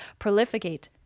prolificate